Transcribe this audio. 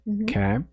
okay